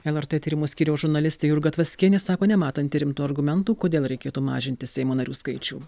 lrt tyrimų skyriaus žurnalistė jurga tvaskienė sako nematanti rimtų argumentų kodėl reikėtų mažinti seimo narių skaičių